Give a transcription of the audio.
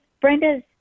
Brenda's